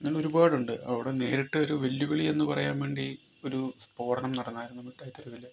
അങ്ങനെ ഒരുപാടുണ്ട് അവിടെ നേരിട്ട് ഒരു വെല്ലുവിളി എന്നു പറയാൻ വേണ്ടി ഒരു സ്ഫോടനം നടന്നായിരുന്നു മിഠായി തെരുവിൽ